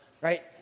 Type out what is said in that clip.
right